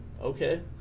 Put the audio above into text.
okay